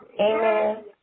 Amen